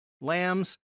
lambs